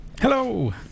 Hello